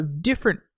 different